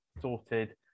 sorted